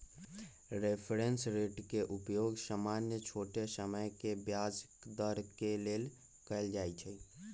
reference rate के उपयोग सामान्य छोट समय के ब्याज दर के लेल कएल जाइ छइ